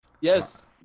Yes